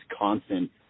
constant